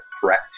threat